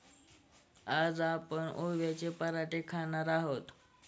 आज आपण ओव्याचे पराठे खाणार आहोत